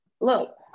Look